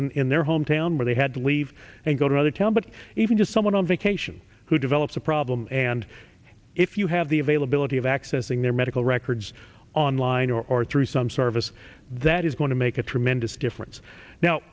crisis in their hometown where they had to leave and go to other town but even just someone on vacation who develops a problem and if you have the availability of accessing their medical records online or through some service that is going to make a tremendous difference now